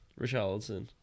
Richarlison